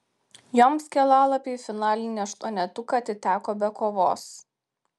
joms kelialapiai į finalinį aštuonetuką atiteko be kovos